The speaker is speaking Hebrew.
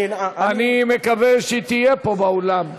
אני, אני מקווה שהיא תהיה פה באולם.